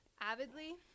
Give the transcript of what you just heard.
Avidly